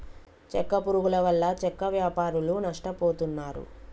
చెక్క పురుగుల వల్ల చెక్క వ్యాపారులు నష్టపోతున్నారు